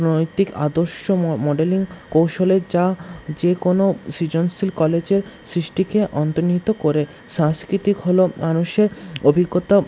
নৈতিক আদর্শ মডেলিং কৌশলের যা যে কোনো সৃজনশীল কলেজের সৃষ্টিকে অন্তর্নিহিত করে সাংস্কৃতিক হলো মানুষের অভিজ্ঞতা